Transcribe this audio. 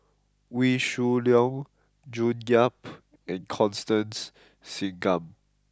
Wee Shoo Leong June Yap and Constance Singam